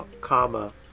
comma